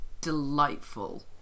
delightful